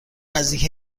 نزدیک